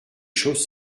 choses